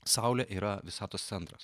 saulė yra visatos centras